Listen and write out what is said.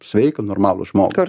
sveiką normalų žmogų